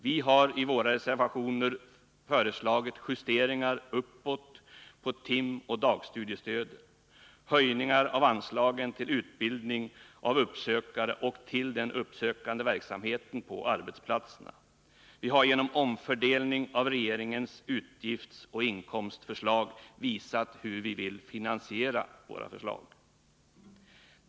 Vi har i våra reservationer föreslagit justeringar uppåt för timoch dagstudiestöden liksom höjningar av anslagen till utbildningen av uppsökare och till den uppsökande verksamheten på arbetsplatserna. Vi har genom omfördelningar i regeringens utgiftsoch inkomstförslag visat hur vi vill finansiera våra förslag.